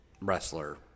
wrestler